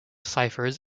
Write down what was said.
ciphers